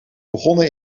begonnen